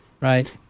right